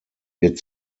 wird